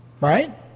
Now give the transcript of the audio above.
right